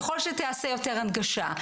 ככל שתיעשה יותר הנגשה,